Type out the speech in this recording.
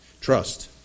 Trust